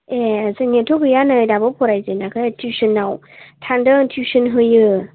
ए जोंनियाथ' गैया नै दाबो फराय जेनाखै थिउसनाव थांदों थिउसन होयो